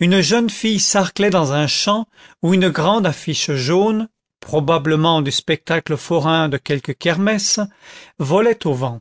une jeune fille sarclait dans un champ où une grande affiche jaune probablement du spectacle forain de quelque kermesse volait au vent